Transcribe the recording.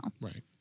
Right